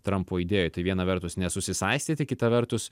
trampo idėjų tai viena vertus nesusisaistyti kita vertus